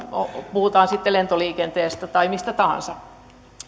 puhutaan sitten lentoliikenteestä tai mistä tahansa